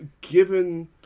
given